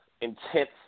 intense